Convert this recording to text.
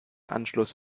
anschluss